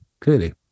clearly